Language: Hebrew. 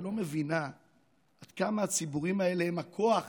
ולא מבינה עד כמה הציבורים האלה הם הכוח